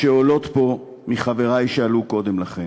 שעולות פה מחברי שעלו קודם לכן,